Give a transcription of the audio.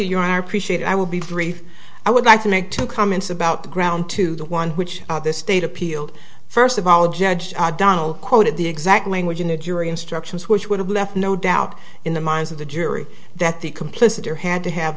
it i will be brief i would like to make two comments about the ground to the one which the state appealed first of all a judge donal quoted the exact language in the jury instructions which would have left no doubt in the minds of the jury that the complicity or had to have